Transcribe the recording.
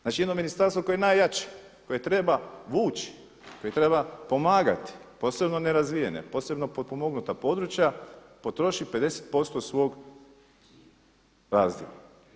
Znači, jedno ministarstvo koje je najjače, koje treba vuči, koje treba pomagati, posebno nerazvijene, posebno potpomognuta područja potroši 50% svog razdjela.